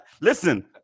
Listen